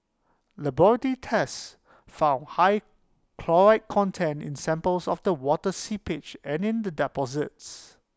laboratory tests found high chloride content in samples of the water seepage and in the deposits